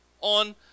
on